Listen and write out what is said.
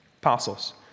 Apostles